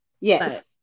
Yes